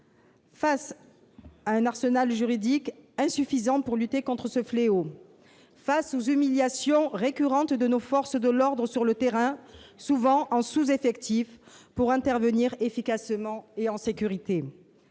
Face à un arsenal juridique insuffisant pour lutter contre ce fléau, face aux humiliations récurrentes de nos forces de l'ordre sur le terrain, souvent en sous-effectif pour intervenir efficacement et en sécurité,